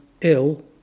ill